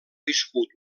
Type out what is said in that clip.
viscut